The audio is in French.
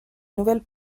nouvelle